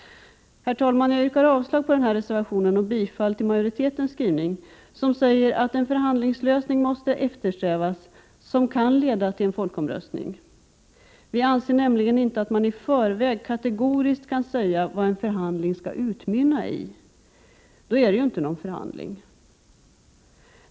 Herr talman! Jag yrkar avslag på denna reservation och bifall till majoritetens skrivning, enligt vilken en förhandlingslösning måste eftersträvas som kan leda till en folkomröstning. Vi anser nämligen inte att man i förväg kategoriskt kan säga vad en förhandling skall utmynna i — då är det ju inte någon förhandling.